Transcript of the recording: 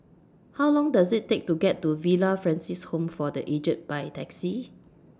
How Long Does IT Take to get to Villa Francis Home For The Aged By Taxi